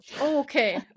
okay